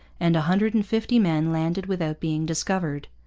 and a hundred and fifty men landed without being discovered.